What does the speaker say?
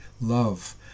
love